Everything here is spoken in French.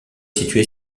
situé